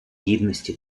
гідності